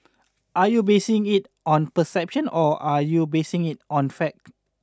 are you basing it on perception or are you basing it on fact